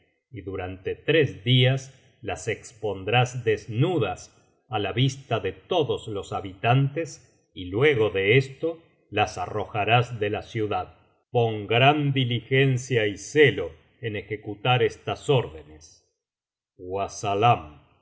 y durante tres días las expondrás desnudas á la vista de todos los habitantes y luego de esto las arrojarás de la ciudad biblioteca valenciana generalitat valenciana historia de ghanem y fetnah pon gran diligencia y celo en ejecutar estas órdenes